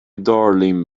darling